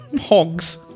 hogs